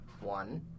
one